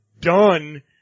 done